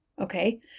Okay